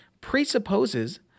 presupposes